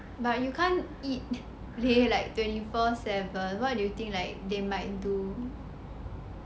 but you can't eat and play like twenty four seven what do you think like they might do